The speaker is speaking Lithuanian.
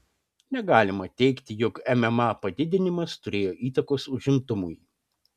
negalima teigti jog mma padidinimas turėjo įtakos užimtumui